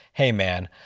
hey man,